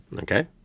Okay